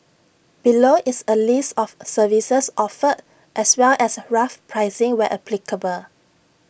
below is A list of services offered as well as rough pricing where applicable